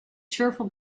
cheerful